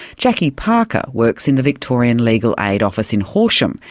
jacqui parker works in the victorian legal aid office in horsham,